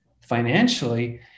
financially